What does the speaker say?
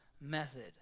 method